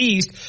East